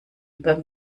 über